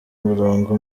murongo